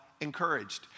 encouraged